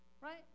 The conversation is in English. right